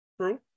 True